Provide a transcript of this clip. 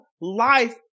life